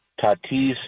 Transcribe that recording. Tatis